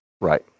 Right